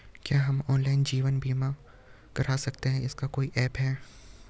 क्या हम ऑनलाइन जीवन बीमा करवा सकते हैं इसका कोई ऐप है?